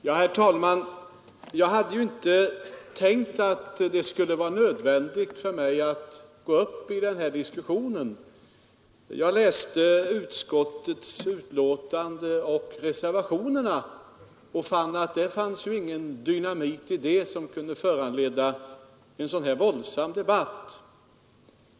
Herr talman! Jag hade inte tänkt att det skulle vara nödvändigt för mig att blanda mig i den här diskussionen. Jag läste utskottets betänkande och reservationerna men fann ingen dynamit i dessa som skulle kunna föranleda en sådan här våldsam debatt.